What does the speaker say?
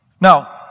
Now